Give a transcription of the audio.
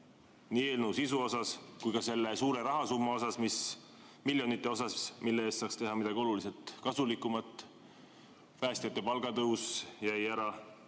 nii eelnõu sisu osas kui ka selle suure rahasumma osas, miljonite osas, mille eest saaks teha midagi oluliselt kasulikumat. Päästjate palgatõus jäi ära,